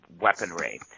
weaponry